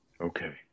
Okay